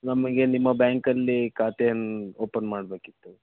ನಮಗೆ ನಿಮ್ಮ ಬ್ಯಾಂಕಲ್ಲಿ ಖಾತೆಯನ್ನು ಓಪನ್ ಮಾಡಬೇಕಿತ್ತು